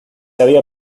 había